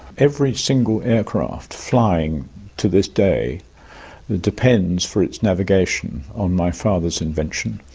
every single aircraft flying to this day depends for its navigation on my father's invention,